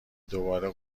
دوباره